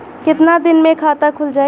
कितना दिन मे खाता खुल जाई?